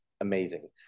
amazing